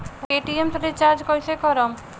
Paytm से recharge कईसे करम?